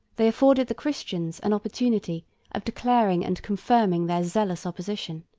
they afforded the christians an opportunity of declaring and confirming their zealous opposition.